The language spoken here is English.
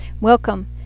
Welcome